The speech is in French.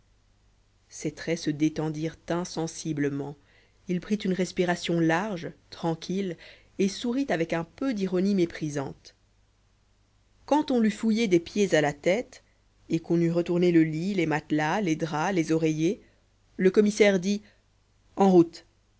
ses traits se détendirent insensiblement il prit une respiration large tranquille et sourit avec un peu d'ironie méprisante quand on l'eut fouillé des pieds à la tête et qu'on eût retourné le lit les matelas les draps les oreillers le commissaire dit en route